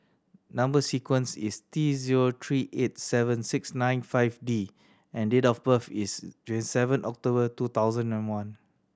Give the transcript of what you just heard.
number sequence is T zero three eight seven six nine five D and date of birth is twenty seven October two thousand and one